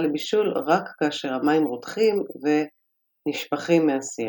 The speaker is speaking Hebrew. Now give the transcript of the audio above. לבישול רק כאשר המים רותחים ו"נשפכים" מהסיר.